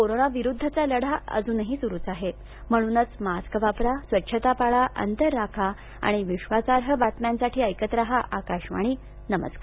corona विरुद्धचा लढा अजूनही सुरूच आहे म्हणूनच मास्क वापरा स्वच्छता पाळा अंतर राखा आणि विश्वासार्ह बातम्यांसाठी ऐकत रहा आकाशवाणी नमस्कार